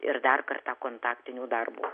ir dar kartą kontaktinio darbo